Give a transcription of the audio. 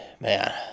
Man